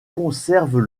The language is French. conservent